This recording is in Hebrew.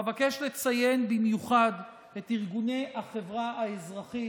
אבקש לציין במיוחד את ארגוני החברה האזרחית,